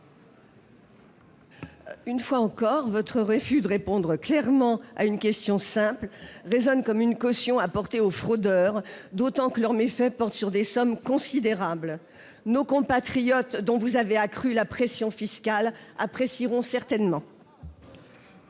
Une fois encore, votre refus de répondre clairement à une question simple résonne comme une caution apportée aux fraudeurs, d'autant que leurs méfaits portent sur des sommes considérables. Nos compatriotes, sur lesquels vous avez accru la pression fiscale, apprécieront certainement.